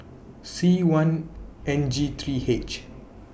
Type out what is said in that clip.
C one N G three H